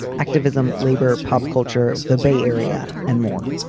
activism, labor, pop culture, the bay area and more.